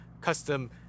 custom